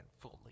fully